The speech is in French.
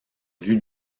vue